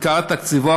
עיקר תקציבו,